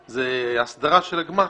הצעת החוק שנייה מדברת על הסדרה של הגמ"חים.